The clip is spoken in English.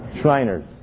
Shriners